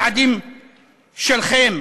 אני מסכים עם היעדים שלכם,